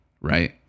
right